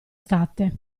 state